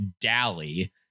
Dally